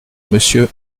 monsieur